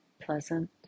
pleasant